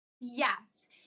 yes